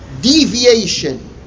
deviation